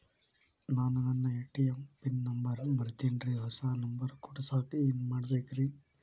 ನಾನು ನನ್ನ ATM pin number ಮರ್ತೇನ್ರಿ, ಹೊಸಾ ನಂಬರ್ ಕುಡಸಾಕ್ ಏನ್ ಮಾಡ್ಬೇಕ್ರಿ?